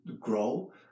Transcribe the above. grow